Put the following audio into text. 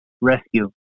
rescue